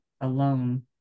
alone